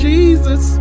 Jesus